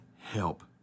help